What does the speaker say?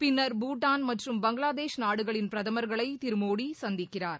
பின்னர் பூட்டான் மற்றும் பங்களாதேஷ் நாடுகளின் பிரதமர்களை திரு மோடி சந்திக்கிறார்